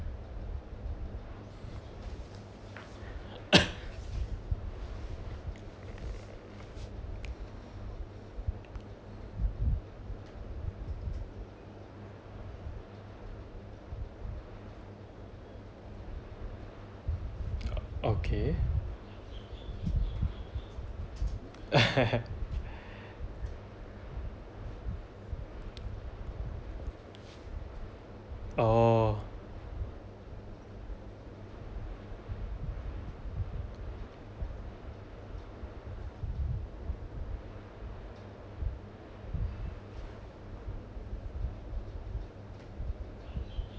okay oh